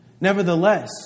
Nevertheless